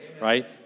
right